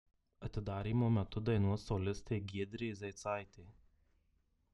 atidarymo metu dainuos solistė giedrė zeicaitė